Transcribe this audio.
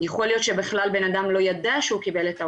יכול להיות שבכלל בנאדם לא ידע שהוא קיבל את ההודעה,